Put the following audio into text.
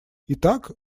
итак